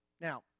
Now